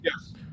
Yes